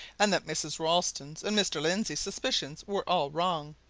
and that mrs. ralston's and mr. lindsey's suspicions were all wrong.